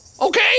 okay